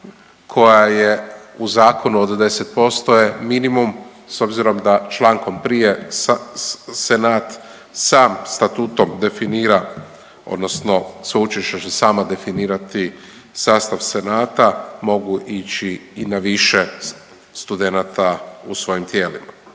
koja je u zakonu od 10% je minimum s obzirom da člankom prije senat sam statutom definira odnosno sveučilišta će sama definirati sastav senata, mogu ići i na više studenata u svojim tijelima.